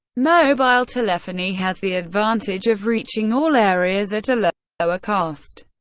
mobile telephony has the advantage of reaching all areas at a lower lower cost,